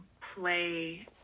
play